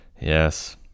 Yes